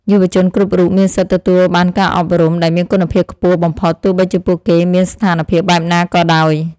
យុវជនគ្រប់រូបមានសិទ្ធិទទួលបានការអប់រំដែលមានគុណភាពខ្ពស់បំផុតទោះបីជាពួកគេមានស្ថានភាពបែបណាក៏ដោយ។